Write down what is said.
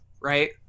right